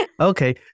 Okay